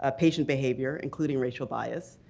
ah patient behavior, including racial bias.